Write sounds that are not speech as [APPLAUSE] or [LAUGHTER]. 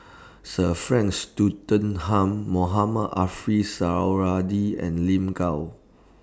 Sir Frank [UNINTELLIGIBLE] Mohamed [UNINTELLIGIBLE] Suradi and Lin Gao